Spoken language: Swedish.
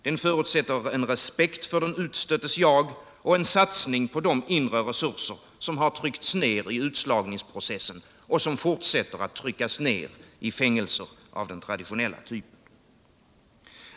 Den förutsätter en respekt för den utstöttes jag och en satsning på de inre resurser som har tryckts ner i utslagningsprocessen och som fortsätter att tryckas ner i fängelser av den traditionella typen.